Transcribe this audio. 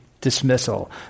dismissal